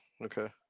okay